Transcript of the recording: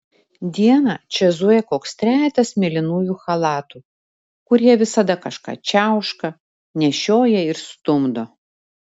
dieną čia zuja koks trejetas mėlynųjų chalatų kurie visada kažką čiauška nešioja ir stumdo